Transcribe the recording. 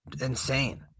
insane